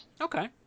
Okay